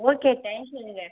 okay தேங்க்யூங்க